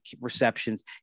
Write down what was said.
receptions